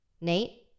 Nate